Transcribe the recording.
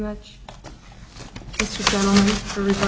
much for